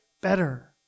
better